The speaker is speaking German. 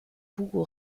hugo